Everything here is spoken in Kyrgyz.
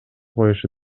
коюшу